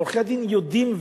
עורכי-דין יודעים,